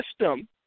system